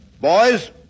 Boys